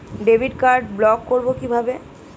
Debit card block করব কিভাবে?